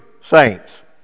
saints